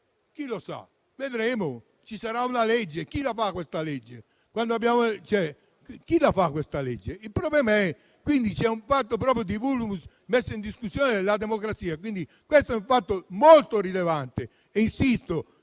Chi lo sa? Vedremo, ci sarà una legge. Chi la fa questa legge? Il problema è che c'è un *vulnus* che mette in discussione la democrazia. Questo è un fatto molto rilevante. Insisto